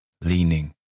Leaning